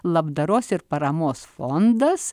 labdaros ir paramos fondas